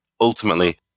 Ultimately